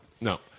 no